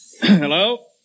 Hello